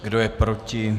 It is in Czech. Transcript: Kdo je proti?